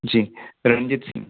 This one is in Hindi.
जी रणजीत सिंह